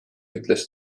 ütles